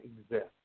exist